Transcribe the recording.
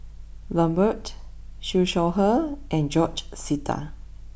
Lambert Siew Shaw Her and George Sita